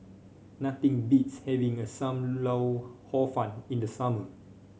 nothing beats having a some lau Hor Fun in the summer